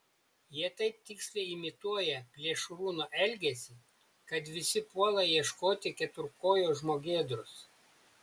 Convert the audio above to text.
jie taip tiksliai imituoja plėšrūno elgesį kad visi puola ieškoti keturkojo žmogėdros